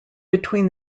between